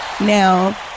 Now